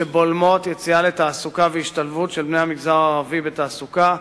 שבולמות יציאה לתעסוקה והשתלבות של בני המגזר הערבי בתעסוקה,